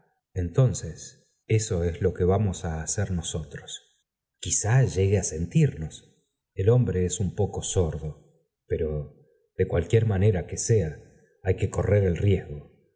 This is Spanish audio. entonces eso es lo que vamos á hacer nosotros quizá llegue á sentirnos el hombre es un poco sordo pero de cualquier manera que sea hay que correr el riesgo